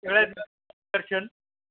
सगळ्यात दर्शन